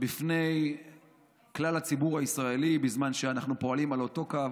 בפני כלל הציבור הישראלי בזמן שאנחנו פועלים על אותו קו,